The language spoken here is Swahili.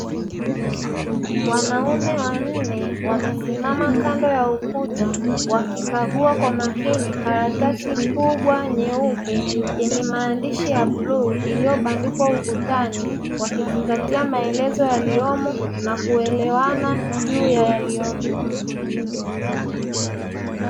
Wanaume wanne wamesimama Kando ya ukuta wakikagua kwa makini karatasi kubwa nyeupe yenye maandishi ya bluu iliyobandikwa ukutani, wakizingatia maelezo yaliyomo na kuelewana juu ya yaliyopo.